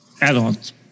add-ons